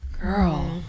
Girl